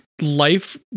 life